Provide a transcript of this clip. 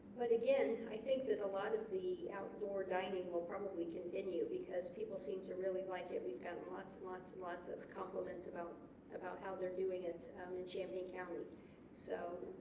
but again i think that a lot of the outdoor dining will probably continue because people seem to really like it we've got lots and lots and lots of compliments about about how they're doing it in champaign county so